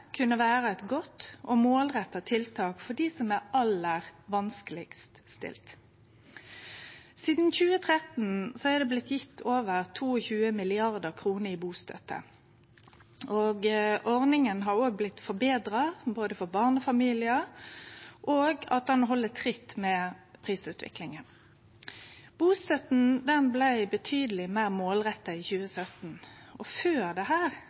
kunne vere eit godt og målretta tiltak for dei som er aller vanskelegast stilte. Sidan 2013 er det blitt gitt over 22 mrd. kr i bustøtte, og ordninga har blitt betra både for barnefamiliar og ved at ein held tritt med prisutviklinga. Bustøtta blei betydeleg meir målretta i 2017. Før dette viste det